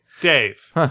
Dave